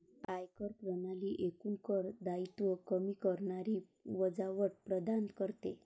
आयकर प्रणाली एकूण कर दायित्व कमी करणारी वजावट प्रदान करते